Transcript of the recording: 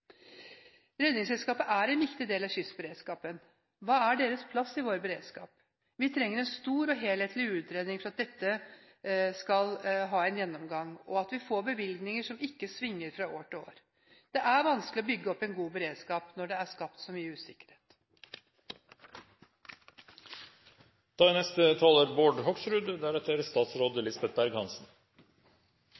Redningsselskapet er en viktig del av kystberedskapen. Hva er deres plass i vår beredskap? Vi trenger en stor og helhetlig utredning, en gjennomgang av dette, og at vi får bevilgninger som ikke svinger fra år til år. Det er vanskelig å bygge opp en god beredskap når det er skapt så mye usikkerhet.